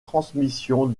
transmission